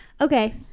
Okay